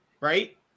right